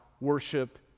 worship